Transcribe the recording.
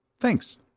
Thanks